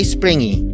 Springy